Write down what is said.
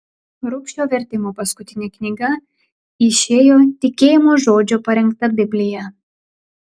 rubšio vertimo paskutinė knyga išėjo tikėjimo žodžio parengta biblija